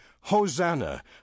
Hosanna